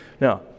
Now